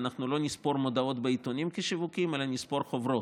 אנחנו לא נספור מודעות בעיתונים כשיווקים אלא נספור חוברות,